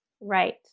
Right